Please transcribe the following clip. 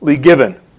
given